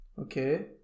Okay